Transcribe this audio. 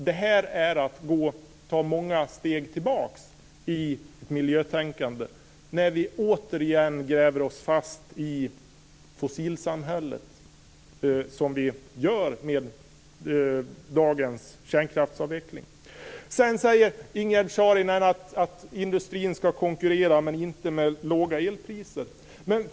Det är att ta många steg tillbaka i miljötänkandet när vi återigen gräver oss fast i fossilsamhället med dagens kärnkraftsavveckling. Ingegerd Saarinen säger att industrin ska konkurrera, men inte med låga elpriser.